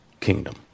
kingdom